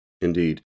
Indeed